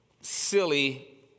silly